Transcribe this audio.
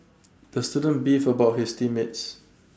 the student beef about his team mates